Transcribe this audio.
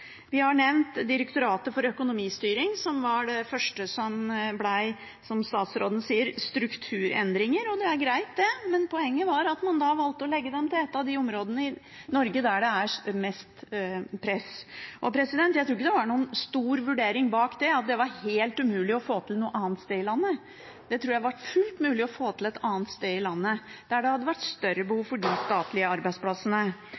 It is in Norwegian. Vi har nevnt Direktoratet for økonomistyring, som var det første der det, som statsråden sa, ble strukturendringer. Det er greit, det, men poenget er at man valgte å legge det til et av de områdene i Norge der det er mest press. Jeg tror ikke det var noen stor vurdering bak det, og at det var helt umulig å få til noe annet sted i landet. Jeg tror det hadde vært fullt mulig å få det til et annet sted i landet, der det hadde vært større